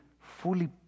fully